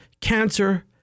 cancer